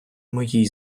моїй